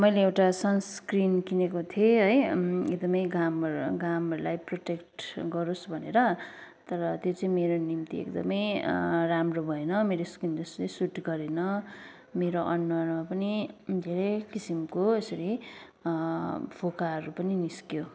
मैले एउटा सन्स्क्रिन किनेको थिएँ है एकदमै घामहरू घामहरूलाई प्रोटेक्ट गरोस् भनेर तर त्यो चाहिँ मेरो निम्ति एकदमै राम्रो भएन मेरो स्किनलाई सुट गरेन मेरो अनुहारमा पनि धेरै किसिमको यसरी फोकाहरू पनि निस्कियो